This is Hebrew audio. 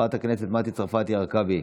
חברת הכנסת מטי צרפתי הרכבי,